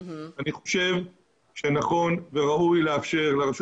שאני חושב שנכון וראוי לאפשר לרשות